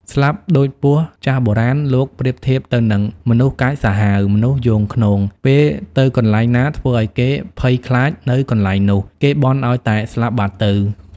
ស្លាប់ដូចពស់ ចាស់បុរាណលោកប្រៀបធៀបទៅនឹង មនុស្សកាចសាហាវ មនុស្សយង់ឃ្នង ពេលទៅកន្លែងណាធ្វើឲ្យគេភ័យខ្លាចនៅកន្លែងនោះ គេបន់ឲ្យតែស្លាប់បាត់ទៅ។